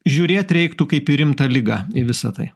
žiūrėt reiktų kaip į rimtą ligą į visa tai